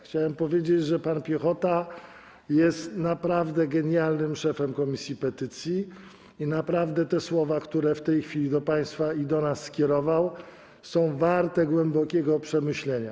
Chciałem powiedzieć, że pan Piechota jest naprawdę genialnym szefem komisji petycji i te słowa, które w tej chwili do państwa i do nas skierował, są warte głębokiego przemyślenia.